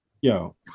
Yo